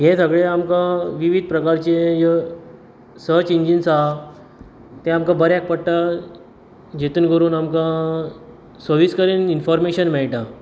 हे सगळें आमकां विविध प्रकारचें य सर्च इंजीन्स आहा ते आमकां बऱ्याक पडटा जेतून करून आमकां सविस्कायेन इन्फोर्मेशन मेळटा